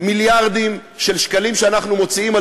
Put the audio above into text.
מיליארדים של שקלים שאנחנו מוציאים על